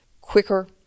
quicker